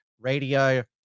radio